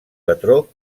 patró